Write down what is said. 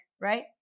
right